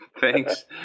Thanks